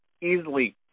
easily